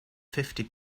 fifty